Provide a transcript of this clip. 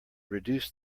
reduce